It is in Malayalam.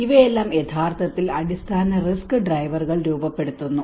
ഇവയെല്ലാം യഥാർത്ഥത്തിൽ അടിസ്ഥാന റിസ്ക് ഡ്രൈവറുകൾ രൂപപ്പെടുത്തുന്നു